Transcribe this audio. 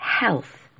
health